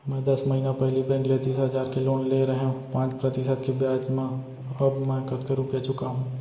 मैं दस महिना पहिली बैंक ले तीस हजार के लोन ले रहेंव पाँच प्रतिशत के ब्याज म अब मैं कतका रुपिया चुका हूँ?